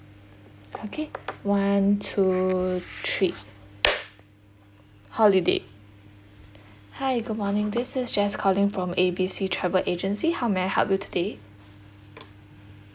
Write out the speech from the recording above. okay one two three holiday hi good morning this is jess calling from A B C travel agency how may I help you today